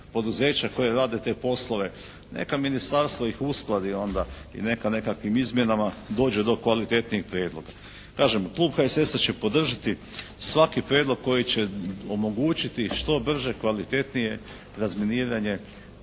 poduzeća koji rade te poslove neka ministarstvo ih uskladi onda i neka nekakvim izmjenama dođe do kvalitetnijeg prijedloga. Kažem, klub HSS-a će podržati svaki prijedlog koji će omogućiti što brže, kvalitetnije razminiranje